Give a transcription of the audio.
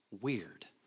weird